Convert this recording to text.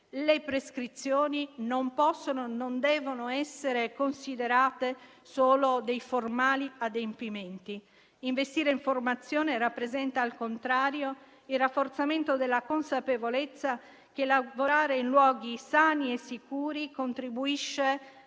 non possono e non devono essere considerate solo dei formali adempimenti. Investire in formazione rappresenta, al contrario, il rafforzamento della consapevolezza che lavorare in luoghi sani e sicuri contribuisce